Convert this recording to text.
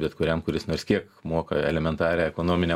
bet kuriam kuris nors kiek moka elementarią ekonominę